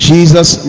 Jesus